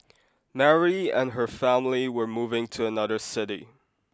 Mary and her family were moving to another city